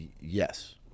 yes